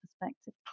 perspective